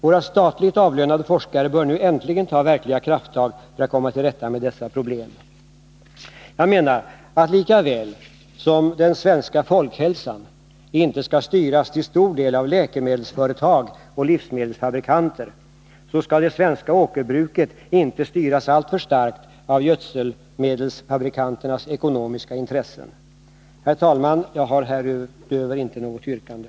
Våra statligt avlönade forskare bör nu äntligen ta verkliga krafttag för att komma till rätta med dessa problem. Jag menar att lika väl som den svenska folkhälsan inte skall styras till stor del av läkemedelsföretag och livsmedelsfabriker, så skall det svenska åkerbruket inte styras alltför starkt av gödselmedelsfabrikanternas ekonomiska intressen. Herr talman! Jag har härutöver inte något yrkande.